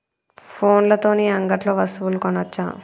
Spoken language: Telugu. ఫోన్ల తోని అంగట్లో వస్తువులు కొనచ్చా?